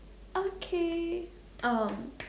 okay